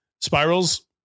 spirals